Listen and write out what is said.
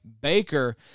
Baker